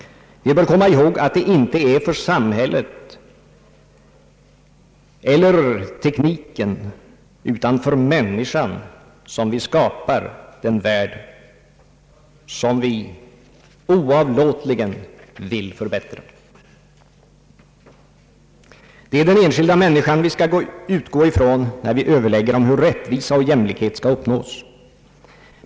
Vi bör komma ihåg att det inte är för samhället eller för tekniken utan för människan som vi skapar den värld som vi oavlåtligen vill förbättra. Det är den enskilda människan vi skall utgå ifrån när vi överlägger om hur rättvisa och jämlikhet skall uppnås.